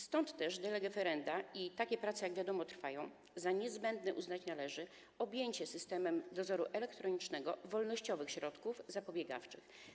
Stąd też de lege ferenda - takie prace, jak wiadomo, trwają - za niezbędne uznać należy objęcie systemem dozoru elektronicznego wolnościowych środków zapobiegawczych.